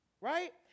Right